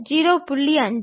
5 0